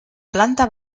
planta